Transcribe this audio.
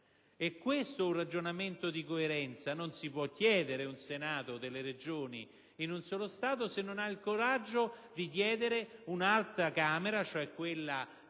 È questo un ragionamento di coerenza: non si può chiedere un Senato delle Regioni in un solo Stato se non si ha il coraggio di chiedere un'altra Camera, quella